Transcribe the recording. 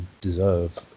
deserve